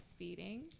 breastfeeding